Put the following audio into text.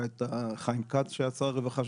היה חיים כץ שהיה שר הרווחה,